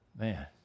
man